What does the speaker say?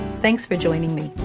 thanks for joining me.